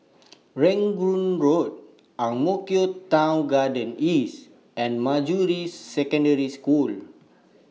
Rangoon Road Ang Mo Kio Town Garden East and Manjusri Secondary School